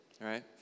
right